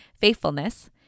faithfulness